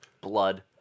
blood